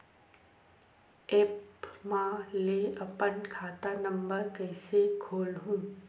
App म ले अपन खाता नम्बर कइसे खोलहु?